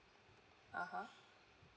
(uh huh)